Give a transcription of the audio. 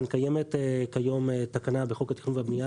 קיימת כיום תקנה בחוק התכנון הבנייה